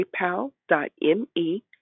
paypal.me